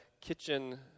kitchen